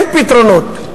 אין פתרונות.